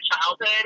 childhood